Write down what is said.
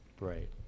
right